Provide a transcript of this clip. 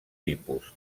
tipus